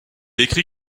écrit